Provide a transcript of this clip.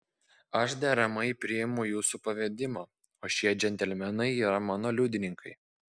aš deramai priimu jūsų pavedimą o šie džentelmenai yra mano liudininkai